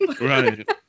Right